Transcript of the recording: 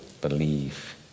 believe